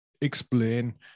explain